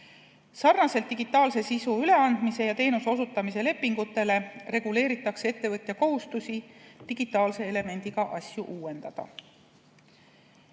Sarnaselt digitaalse sisu üleandmise ja teenuse osutamise lepingutega reguleeritakse ettevõtja kohustusi digitaalse elemendiga asju uuendada.